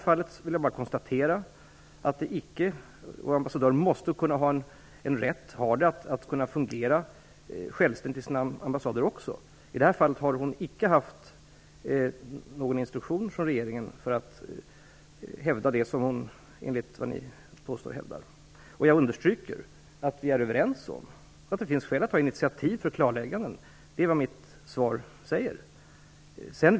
Jag vill bara konstatera att våra ambassadörer måste ha och har rätt att fungera självständigt vid sina ambassader. I det här fallet har ambassadören icke haft någon instruktion från regeringen att hävda det som ni påstår att hon hävdar. Jag understryker att vi är överens om att det finns skäl att ta initiativ till klarlägganden, och det framgår också av mitt svar.